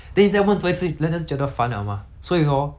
要的话 hor 第一次听